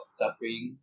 suffering